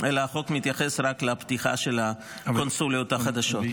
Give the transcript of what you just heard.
אלא החוק מתייחס רק לפתיחה של הקונסוליות החדשות.